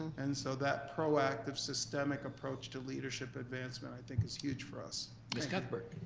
and so that proactive, systemic approach to leadership advancement i think is huge for us. ms. cuthbert?